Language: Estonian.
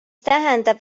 tähendab